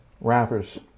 rappers